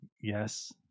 Yes